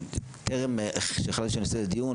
טרם שהחלטתי שאני עושה את הדיון,